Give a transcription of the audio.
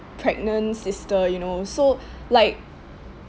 pregnant sister you know so like